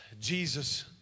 Jesus